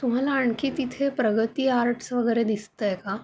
तुम्हाला आणखी तिथे प्रगती आर्ट्स वगैरे दिसतं आहे का